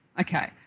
Okay